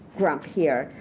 grump here.